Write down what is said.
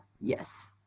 Yes